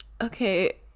Okay